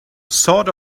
sort